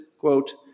Quote